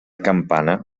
campana